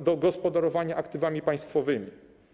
do gospodarowania aktywami państwowymi.